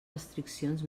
restriccions